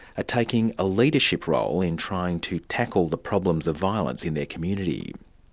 taking a leadership role in trying to tackle the problems of violence in their community.